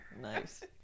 Nice